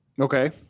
Okay